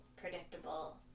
predictable